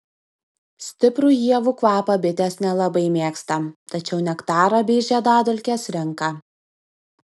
stiprų ievų kvapą bitės nelabai mėgsta tačiau nektarą bei žiedadulkes renka